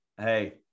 hey